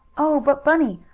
oh, but bunny,